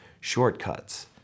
shortcuts